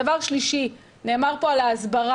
דבר שלישי, נאמר פה על ההסברה.